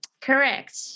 Correct